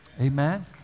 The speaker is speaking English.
Amen